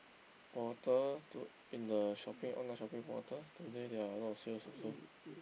portal to in the shopping online shopping portal today there are a lot of sales also